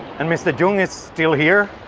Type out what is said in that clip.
and mr. cheung is still here,